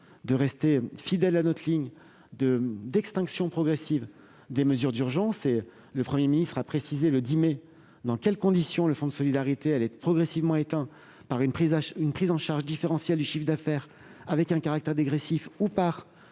rester fidèles à notre ligne d'extinction progressive des mesures d'urgence. Le Premier ministre a précisé, le 10 mai dernier, les conditions dans lesquelles le fonds de solidarité allait être progressivement éteint : la prise en charge différentielle du chiffre d'affaires avec un caractère dégressif, ou